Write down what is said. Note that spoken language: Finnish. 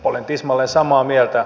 olen tismalleen samaa mieltä